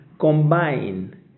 combine